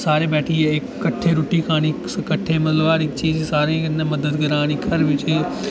सारे बैठियै किट्ठे रुट्टी खानी किट्ठै मतलब हर इक चीज सारें ई कन्नै मदद करानी घर बिच